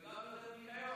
וגם יותר ניקיון.